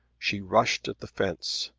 she rushed at the fence,